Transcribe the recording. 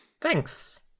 Thanks